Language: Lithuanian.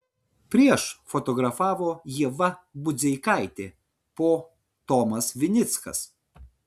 prieš fotografavo ieva budzeikaitė po tomas vinickas